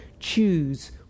Choose